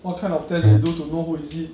what kind of test they do to know who is it